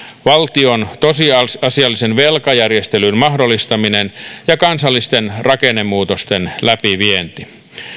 valtioiden tosiasiallisen velkajärjestelyn mahdollistaminen ja kansallisten rakennemuutosten läpivienti